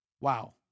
Wow